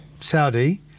Saudi